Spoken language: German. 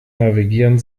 navigieren